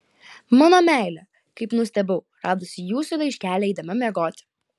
mano meile kaip nustebau radusi jūsų laiškelį eidama miegoti